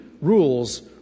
rules